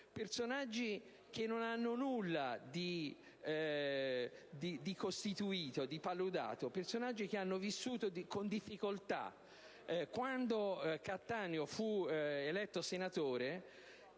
Personaggi che non hanno nulla di costituito, di paludato; personaggi che hanno vissuto con difficoltà. Quando Cattaneo fu nominato senatore,